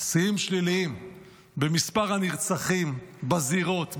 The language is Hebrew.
שיאים שליליים במספר הנרצחים בזירות,